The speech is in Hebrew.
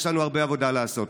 יש לנו הרבה עבודה לעשות.